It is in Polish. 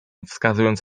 wskazując